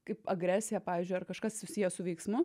kaip agresija pavyzdžiui ar kažkas susiję su veiksmu